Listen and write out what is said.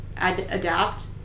adapt